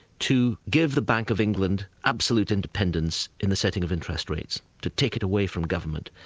to give the bank of england absolute independence in the setting of interest rates, to take it away from government,